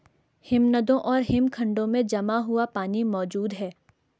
हिमनदों और हिमखंडों में जमा हुआ पानी मौजूद हैं